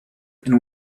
and